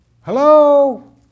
Hello